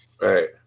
Right